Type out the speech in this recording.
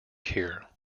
here